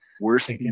Worse